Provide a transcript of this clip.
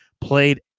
played